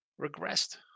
Regressed